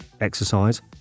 exercise